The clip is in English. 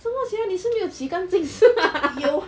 做么 sia 你是没有洗干净是吗